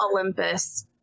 Olympus